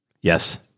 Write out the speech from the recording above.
Yes